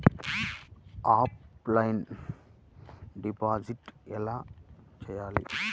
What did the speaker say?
Offline deposit ఎలా చేయాలి?